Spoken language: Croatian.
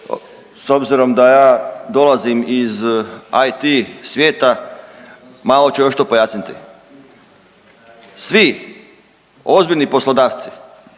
S obzirom da ja dolazim iz IT svijeta malo ću još to pojasniti. Svi ozbiljni poslodavci,